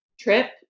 trip